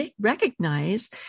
recognize